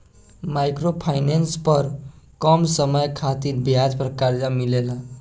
micro finance पर कम समय खातिर ब्याज पर कर्जा मिलेला